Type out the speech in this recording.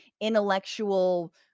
intellectual